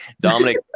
Dominic